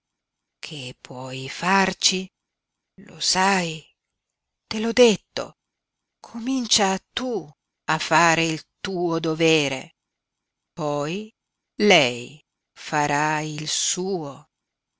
che puoi farci lo sai te l'ho detto comincia tu a fare il tuo dovere poi lei farà il suo